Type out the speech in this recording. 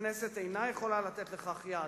הכנסת אינה יכולה לתת לכך יד.